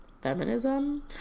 feminism